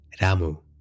Ramu